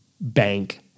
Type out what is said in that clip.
bank